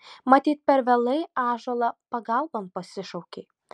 matyt per vėlai ąžuolą pagalbon pasišaukei